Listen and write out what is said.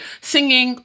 Singing